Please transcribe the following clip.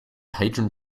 patron